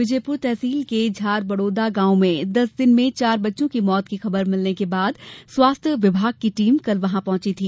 विजयपूर तहसील के झार बड़ोदा गांव में दस दिन में चार बच्चों की मौत की खबर मिलने के बाद स्वास्थ्य विभाग की टीम कल वहां पहुंची थी